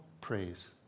Praise